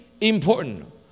important